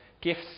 gifts